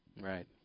Right